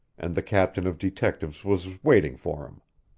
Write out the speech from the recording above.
and the captain of detectives was waiting for him.